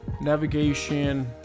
navigation